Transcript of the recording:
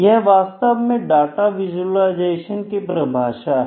यह वास्तव में डाटा विजुलाइजेशन की परिभाषा है